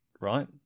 right